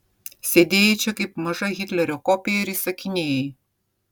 sėdėjai čia kaip maža hitlerio kopija ir įsakinėjai